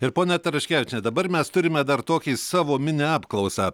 ir pone taraškevičiene dabar mes turime dar tokį savo mini apklausą